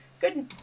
Good